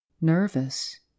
nervous